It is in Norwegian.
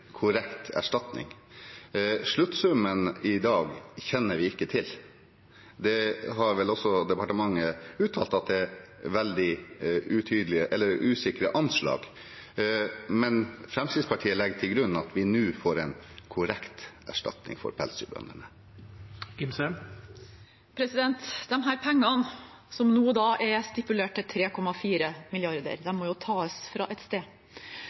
til. Det har vel også departementet uttalt, at det er veldig usikre anslag. Men Fremskrittspartiet legger til grunn at vi nå får en korrekt erstatning for pelsdyrbøndene. Disse pengene, som nå er stipulert til 3,4 mrd. kr, må jo tas fra et sted.